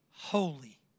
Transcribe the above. holy